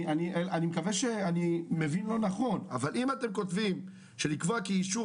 אני מקווה שאני מבין לא נכון אבל אם אתם כותבים שלקבוע כי אישור